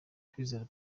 kwizera